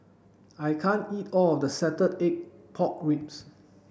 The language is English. I can't eat all of this salted egg pork ribs